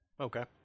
Okay